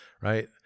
right